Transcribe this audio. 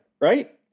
right